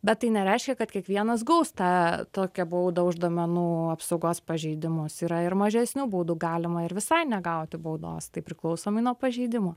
bet tai nereiškia kad kiekvienas gaus tą tokią baudą už duomenų apsaugos pažeidimus yra ir mažesniu būdų galima ir visai negauti baudos tai priklausomai nuo pažeidimo